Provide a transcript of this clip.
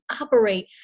operate